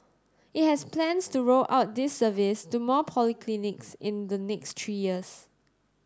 it has plans to roll out this service to more polyclinics in the next three years